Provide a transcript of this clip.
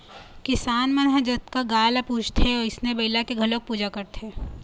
किसान मन ह जतका गाय ल पूजथे वइसने बइला के घलोक पूजा करथे